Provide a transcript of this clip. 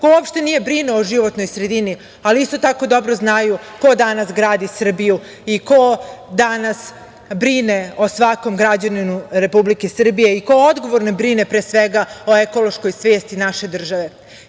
ko uopšte nije brinuo o životnoj sredini, ali isto tako dobro znaju ko danas gradi Srbiju i ko danas brine o svakom građaninu Republike Srbije i ko odgovorno brine pre svega o ekološkoj svesti naše države. Inače,